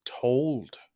told